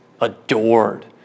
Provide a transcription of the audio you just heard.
adored